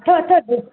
अथव अथव